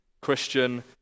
Christian